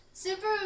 Super